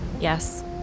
Yes